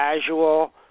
casual